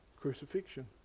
crucifixion